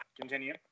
continue